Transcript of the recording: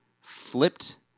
flipped